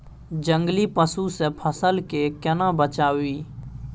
जंगली पसु से फसल के केना बचावी?